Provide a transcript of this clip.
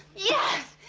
yes!